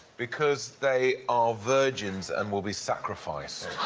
because they are virgins and will be sacrificed.